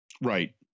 Right